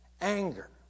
anger